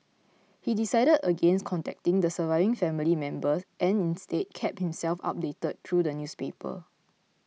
he decided against contacting the surviving family members and instead kept himself updated through the newspaper